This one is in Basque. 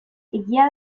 egia